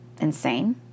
insane